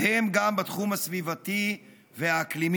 ובהם גם בתחום הסביבתי והאקלימי.